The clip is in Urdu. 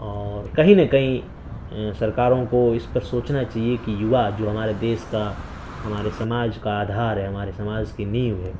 اور کہیں نہ کہیں سرکاروں کو اس پہ سوچنا چہیے کہ یووا جو ہمارے دیش کا ہمارے سماج کا آدھار ہے ہمارے سماج کی نیو ہے